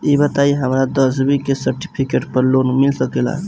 ई बताई हमरा दसवीं के सेर्टफिकेट पर लोन मिल सकेला?